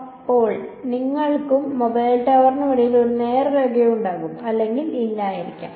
ഇപ്പോൾ നിങ്ങൾക്കും മൊബൈൽ ടവറിനുമിടയിൽ ഒരു നേർരേഖയുണ്ടാകാം അല്ലെങ്കിൽ ഇല്ലായിരിക്കാം